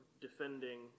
defending